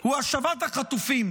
היא השבת החטופים.